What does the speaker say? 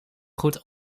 goed